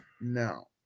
No